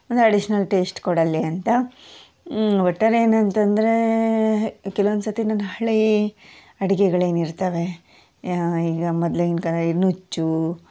ಅಂದರೆ additional taste ಕೊಡಲಿ ಅಂತ ಒಟ್ಟಾರೆ ಏನಂತಂದರೆ ಕೆಲವೊಂದು ಸರ್ತಿ ನಂದು ಹಳೆಯ ಅಡಿಗೆಗಳು ಏನಿರ್ತವೆ ಈಗ ಮೊದ್ಲಿನ ಕಾಲ ಈ ನುಚ್ಚು